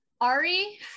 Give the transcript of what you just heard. ari